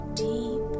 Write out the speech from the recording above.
deep